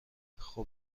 خوب